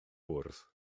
bwrdd